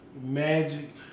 Magic